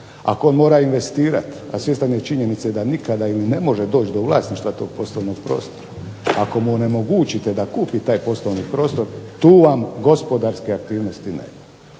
ako on mora investirati, a svjestan je činjenice da nikada ili ne može doći do vlasništva tog poslovnog prostora, ako mu onemogućite da kupi taj poslovni prostor tu vam gospodarske aktivnosti nema.